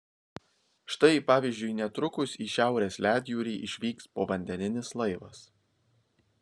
štai pavyzdžiui netrukus į šiaurės ledjūrį išvyks povandeninis laivas